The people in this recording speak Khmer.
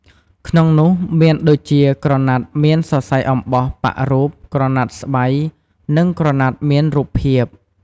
ក្នុងនោះមានដូចជាក្រណាត់មានសរសៃអំបោះប៉ាក់រូប ក្រណាត់ស្បៃ និង ក្រណាត់មានរូបភាព។